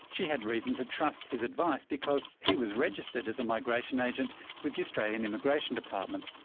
she had reason to trust his advice because he was registered as a migration agent with the australian immigration department.